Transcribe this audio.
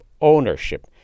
ownership